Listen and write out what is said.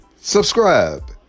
Subscribe